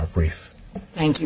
brief thank you